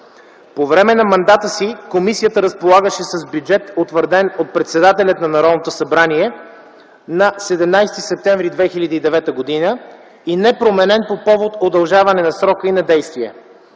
По време на мандата си комисията разполагаше с бюджет, утвърден от председателя на Народното събрание на 17 септември 2009 г. и непроменен по повод удължаване на срока й на действие.